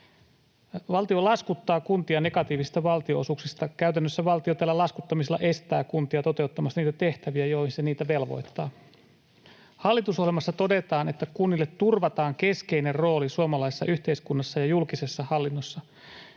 Valtio laskuttaa kuntia negatiivista valtionosuuksista — käytännössä valtio tällä laskuttamisella estää kuntia toteuttamasta niitä tehtäviä, joihin se niitä velvoittaa. Hallitusohjelmassa todetaan, että kunnille turvataan keskeinen rooli suomalaisessa yhteiskunnassa ja julkisessa hallinnossa.